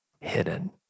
hidden